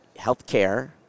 healthcare